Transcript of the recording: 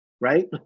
right